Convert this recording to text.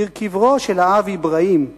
עיר קברו של האב אברהים/